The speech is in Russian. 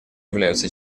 является